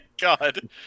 god